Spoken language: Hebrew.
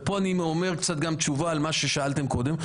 ופה אני אומר גם קצת תשובה על מה ששאלתם קודם.